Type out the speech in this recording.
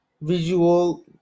visual